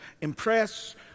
impress